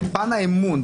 בפן האמון,